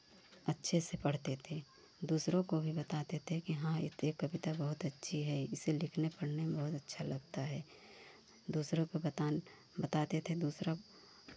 अच्छे से पढ़ते थे दूसरों को भी बताते थे कि हाँ ये कविता बहुत अच्छी है इसे लिखने पढ़ने में बहुत अच्छा लगता है दूसरों को बताने बताते थे दूसरों